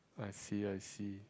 I see I see